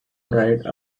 ride